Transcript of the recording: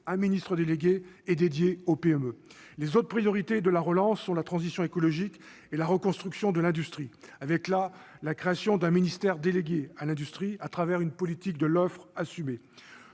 un ministère délégué est dédié aux PME. Les autres priorités de la relance seront la transition écologique et la reconstruction de l'industrie- avec, là aussi, la création d'un ministère délégué à l'industrie -, à travers une politique de l'offre assumée.